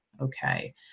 okay